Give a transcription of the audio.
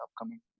upcoming